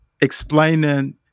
explaining